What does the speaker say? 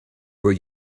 were